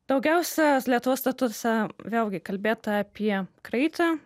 daugiausia lietuvos statutuose vėlgi kalbėta apie kraitį